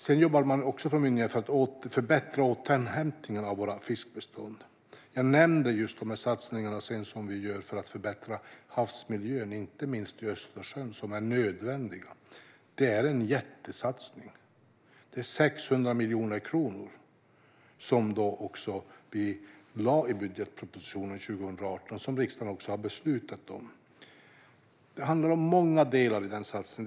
Från myndigheternas sida jobbar man också för att förbättra återhämtningen av våra fiskbestånd. Jag nämnde den satsning vi gör för att förbättra havsmiljön, inte minst i Östersjön. Den är nödvändig. Det är en jättesatsning. Det handlar om 600 miljoner i budgeten för 2018 som riksdagen också har beslutat om. Det finns många delar i den satsningen.